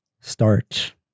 start